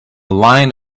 line